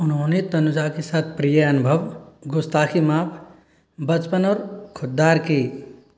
उन्होंने तनुजा के साथ प्रिय अनुभव गुस्ताखी माफ़ बचपन और खुद्दार की